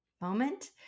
moment